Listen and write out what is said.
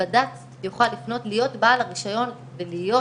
הבד"צ יוכל להיות בעל הרישיון ולהיות